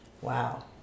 Wow